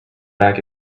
back